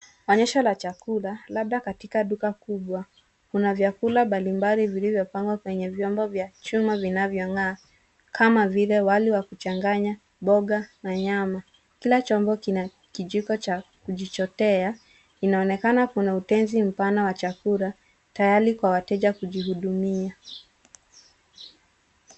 Onyesho la chakula labda katika duka kubwa. Kuna vyakula mbalimbali vilivyopangwa kwenye vyombo vya chuma vinavyong'aa kama vile wali wa kuchanganya, mboga na nyama. Kila chombo kina kijiko cha kujichotea. Inaonekana kuna utenzi mpana wa chakula tayari kwa wateja kujihudumia.